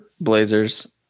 Blazers